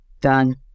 Done